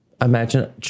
Imagine